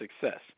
success